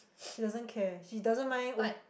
she doesn't care she doesn't mind